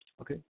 okay